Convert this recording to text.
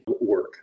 work